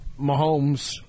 Mahomes